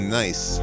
nice